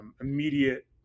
immediate